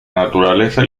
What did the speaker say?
naturaleza